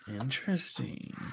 Interesting